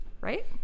right